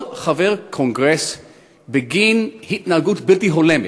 כל חבר קונגרס בגין התנהגות בלתי הולמת,